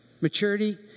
maturity